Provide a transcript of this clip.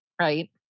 Right